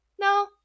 no